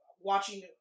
watching